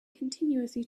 continuously